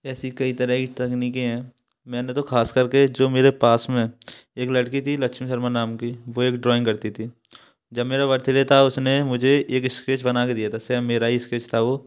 ऐसी कई तरह की तकनीकें हैं मैंने तो ख़ास करके जो मेरे पास में एक लड़की थी लक्ष्मी शर्मा नाम की वह एक ड्राइंग करती थी जब मेरा बर्थडे था उसने मुझे एक स्केच बना कर दिया था सेम मेरा ही स्केच था वह